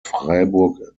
freiburg